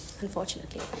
Unfortunately